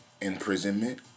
imprisonment